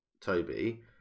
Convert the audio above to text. Toby